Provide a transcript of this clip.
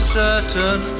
certain